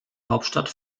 hauptstadt